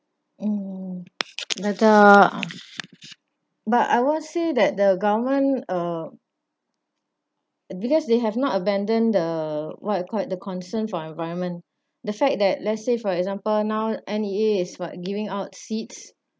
mm but uh but I won't say that the government uh uh because they have not abandoned the what you call it the concern for environment the fact that let's say for example now N_E_A is what giving out seeds